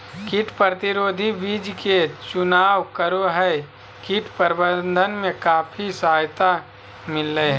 कीट प्रतिरोधी बीज के चुनाव करो हइ, कीट प्रबंधन में काफी सहायता मिलैय हइ